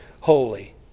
holy